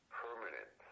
permanent